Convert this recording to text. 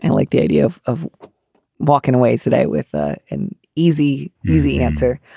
and like the idea of of walking away today with ah an easy, easy answer.